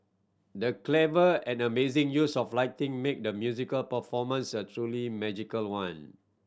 the clever and amazing use of lighting made the musical performance a truly magical one